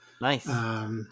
nice